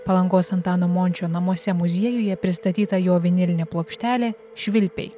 palangos antano mončio namuose muziejuje pristatyta jo vinilinė plokštelė švilpiai